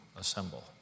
assemble